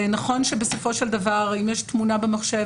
נכון שבסופו של דבר אם יש תמונה במחשב,